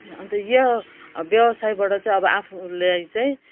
अन्त यो व्यावसयीबाट चाहिँ अब आफूलाई चाहिँ